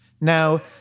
Now